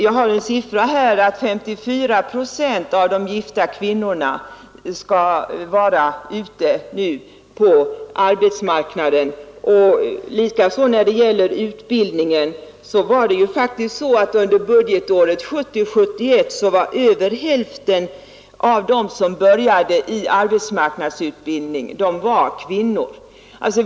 Jag har en uppgift här som säger att 54 procent av de gifta kvinnorna nu skall vara ute på arbetsmarknaden, och när det gäller utbildningen var det så att under budgetåret 1970/71 var över hälften av dem som började i arbetsmarknadsutbildning kvinnor.